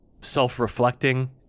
self-reflecting